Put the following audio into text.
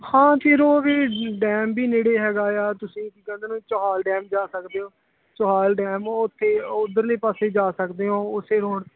ਹਾਂ ਫਿਰ ਉਹ ਵੀ ਡੈਮ ਵੀ ਨੇੜੇ ਹੈਗਾ ਆ ਤੁਸੀਂ ਕੀ ਕਹਿੰਦੇ ਨੇ ਚੋਹਾਲ ਡੈਮ ਜਾ ਸਕਦੇ ਹੋ ਚੋਹਾਲ ਡੈਮ ਉੱਥੇ ਉਧਰਲੇ ਪਾਸੇ ਜਾ ਸਕਦੇ ਹੋ ਉਸੇ ਰੋਡ